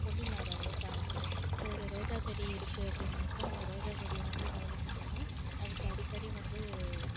ஒன்று இல்லாத அளவுக்கு ஆக்கிடும் இப்போ ஒரு ரோஜா செடி இருக்கு அப்படின்னாக்கா அந்த ரோஜா செடியை வந்து கவனிக்கணுன்னா அதுக்கு அடிக்கடி வந்து